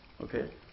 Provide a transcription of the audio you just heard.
Okay